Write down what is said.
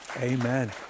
Amen